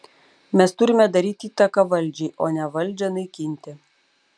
mes turime daryti įtaką valdžiai o ne valdžią naikinti